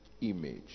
image